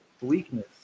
weakness